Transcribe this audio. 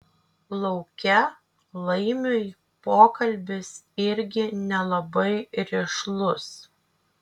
lauke laimiui pokalbis irgi nelabai rišlus